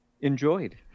enjoyed